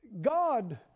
God